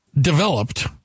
developed